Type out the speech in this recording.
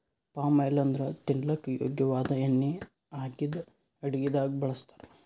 palm oil ಅಂದ್ರ ತಿನಲಕ್ಕ್ ಯೋಗ್ಯ ವಾದ್ ಎಣ್ಣಿ ಆಗಿದ್ದ್ ಅಡಗಿದಾಗ್ ಬಳಸ್ತಾರ್